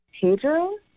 Pedro